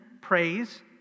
praise